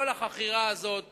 כל החכירה הזאת